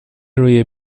روی